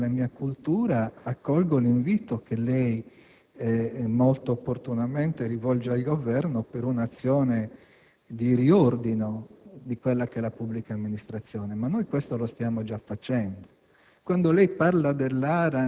che - le ripeto - non appartiene alla mia cultura, accolgo l'invito che lei molto opportunamente rivolge al Governo per un'azione di riordino della pubblica amministrazione. Ma noi questo lo stiamo già facendo.